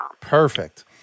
perfect